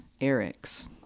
Eric's